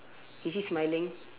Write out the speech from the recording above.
is he smiling